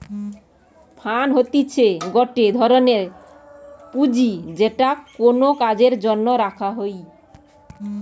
fund হতিছে গটে ধরনের পুঁজি যেটা কোনো কাজের জন্য রাখা হই